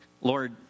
Lord